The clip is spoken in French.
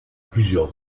plusieurs